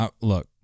look